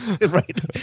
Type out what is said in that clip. Right